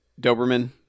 Doberman